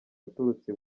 waturutse